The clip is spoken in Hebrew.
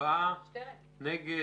3 נגד,